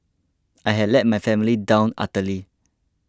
I had let my family down utterly